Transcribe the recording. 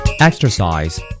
Exercise